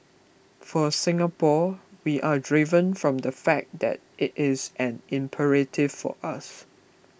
for Singapore we are driven from the fact that it is an imperative for us